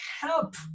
help